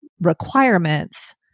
requirements